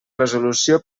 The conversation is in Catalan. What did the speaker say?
resolució